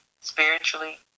spiritually